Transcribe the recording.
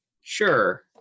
Sure